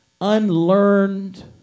unlearned